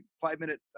five-minute